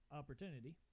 opportunity